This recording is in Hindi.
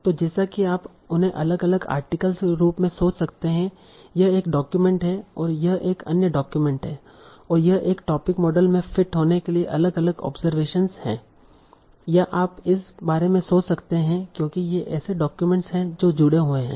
तो जैसा कि आप उन्हें अलग अलग आर्टिकल्स के रूप में सोच सकते हैं यह एक डॉक्यूमेंट है यह अन्य डॉक्यूमेंट है और यह एक टोपिक मॉडल में फिट होने के लिए अलग अलग ऑब्जरवेशनस है या आप इस बारे में सोच सकते हैं क्योंकि ये ऐसे डॉक्यूमेंटस हैं जो जुड़े हुए हैं